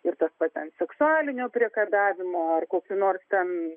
ir tas pats ten seksualinio priekabiavimo ar kokių nors ten